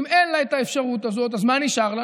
אם אין לה את האפשרות הזאת, אז מה נשאר לה?